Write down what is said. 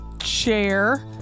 share